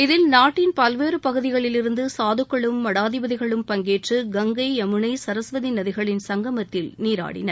இதில் நாட்டின் பல்வேறு பகுதிகளிலிருந்து சாதுக்களும் மடாதிபதிகளும் பங்கேற்று கங்கை யமுனை சரஸ்வதி நதிகளின் சங்கமத்தில் நீராடினர்